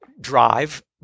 drive